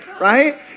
right